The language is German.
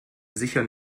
sicher